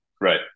right